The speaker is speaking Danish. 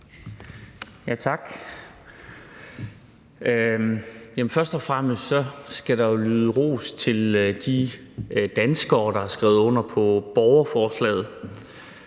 (V): Tak. Først og fremmest skal der lyde ros til de danskere, der har skrevet under på borgerforslaget.